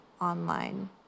online